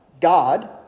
God